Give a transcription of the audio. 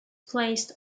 placed